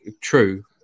true